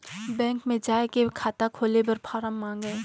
Bank मे जाय के खाता खोले बर फारम मंगाय?